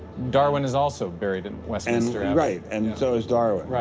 darwin is also buried in westminster abbey. right. and so is darwin.